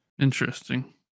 Interesting